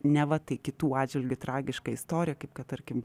neva tai kitų atžvilgiu tragiška istorija kaip kad tarkim